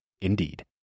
indeed